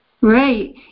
Right